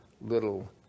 little